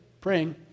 praying